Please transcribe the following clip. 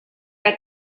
que